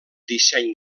disseny